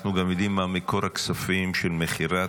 אנחנו גם יודעים מה מקור הכספים של מכירת